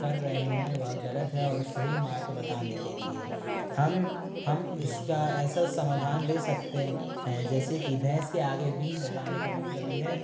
कर रहे हैं वह गलत है और सही मार्ग बताने के लिए हम हम इसका ऐसा समाधान ले सकते हैं जैसे कि भैंस का आगे बीन बजाने का मतलब ये है